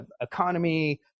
economy